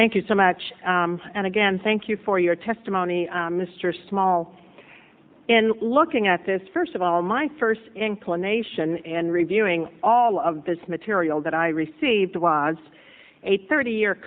thank you so much and again thank you for your testimony mr small in looking at this first of all my first inclination and reviewing all of this material that i received was a thirty year